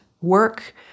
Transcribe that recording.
work